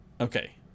Okay